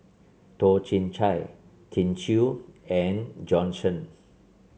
Toh Chin Chye Kin Chui and Bjorn Shen